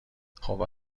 خوب